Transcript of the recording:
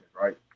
right